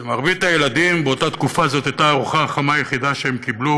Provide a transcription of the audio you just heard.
למרבית הילדים באותה תקופה זאת הייתה הארוחה החמה היחידה שהם קיבלו